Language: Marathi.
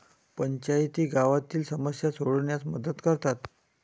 पंचायती गावातील समस्या सोडविण्यास मदत करतात